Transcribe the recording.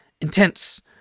intense